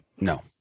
No